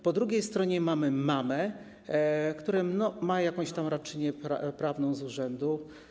Po drugiej stronie mamy mamę, która ma jakąś tam radczynię prawną z urzędu.